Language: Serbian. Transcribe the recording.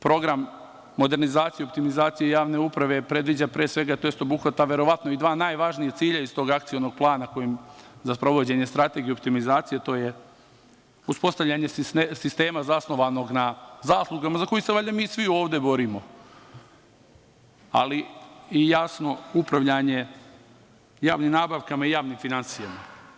Program modernizacije i optimizacije javne uprave predviđa, tj. obuhvata verovatno i dva najvažnija cilja iz tog akcionog plana za sprovođenje Strategije optimizacije, a to je uspostavljanje sistema zasnovanog na zaslugama, za koji se valjda ovde svi mi borimo, ali i jasno upravljanje javnim nabavkama i javnim finansijama.